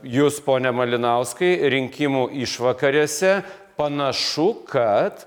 jus pone malinauskai rinkimų išvakarėse panašu kad